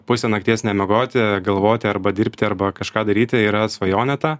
pusė nakties nemiegoti galvoti arba dirbti arba kažką daryti yra svajonė ta